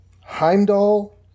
Heimdall